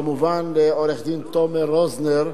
כמובן, לעורך-הדין תומר רוזנר,